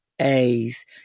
a's